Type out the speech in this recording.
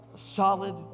solid